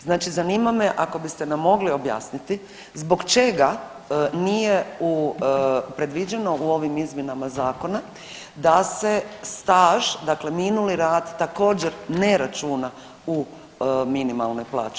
Znači zanima me ako biste nam mogli objasniti zbog čega nije predviđeno u ovim izmjenama zakona da se staž, dakle minuli rad također ne računa u minimalnoj plaći.